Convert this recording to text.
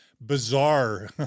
bizarre